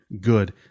Good